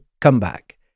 comeback